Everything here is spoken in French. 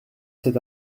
cet